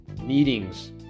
meetings